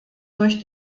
durch